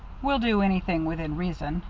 we'll do anything within reason,